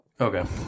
Okay